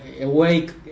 awake